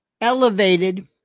elevated